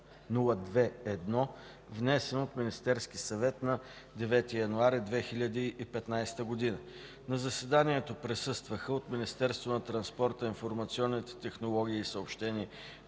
502-02-1, внесен от Министерския съвет на 9 януари 2015 г. На заседанието присъстваха: от Министерството на транспорта, информационните технологии и съобщенията: